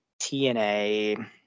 TNA